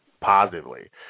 positively